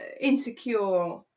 insecure